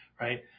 right